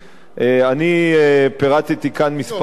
אני פירטתי כאן כמה דוגמאות